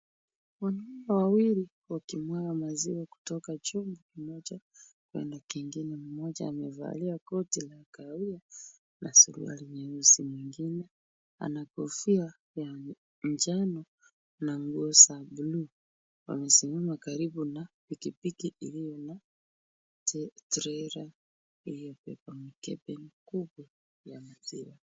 Wanaume wawili wakimwaga maziwa kutoka chungu kimoja kwenda kingine, mmoja amevalia koti la kahawia na suruali nyeusi, mwingine, ana kofia, ya njano na nguo za bluu. Wamesimama karibu na pikipiki iliyo na trailer iliyobeba mkebe mkubwa wa maziwa.